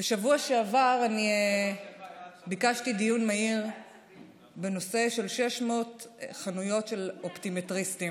בשבוע שעבר אני ביקשתי דיון מהיר בנושא 600 חנויות של אופטומטריסטים.